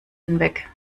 hinweg